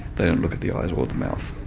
they don't look at the eyes or the mouth.